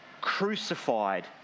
crucified